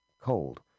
cold